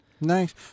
Nice